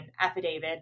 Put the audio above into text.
affidavit